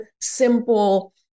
simple